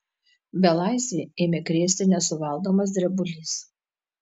belaisvį ėmė krėsti nesuvaldomas drebulys